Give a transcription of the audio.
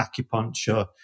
acupuncture